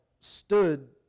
stood